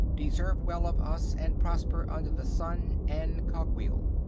deserve well of us, and prosper under the sun and cogwheel.